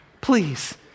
please